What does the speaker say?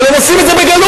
אבל הם עושים את זה בגלוי,